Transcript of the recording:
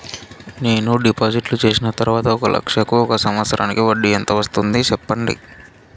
నేను డిపాజిట్లు చేసిన తర్వాత ఒక లక్ష కు ఒక సంవత్సరానికి వడ్డీ ఎంత వస్తుంది? సెప్పండి?